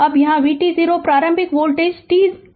अब जहां vt0 प्रारंभिक वोल्टेज t t0 पर है